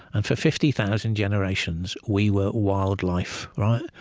and for fifty thousand generations, we were wildlife.